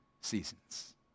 seasons